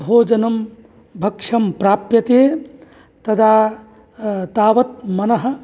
भोजनं भक्ष्यं प्राप्यते तदा तावत् मनः